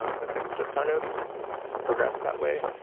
ah but things just kind of progressed that way.